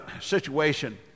situation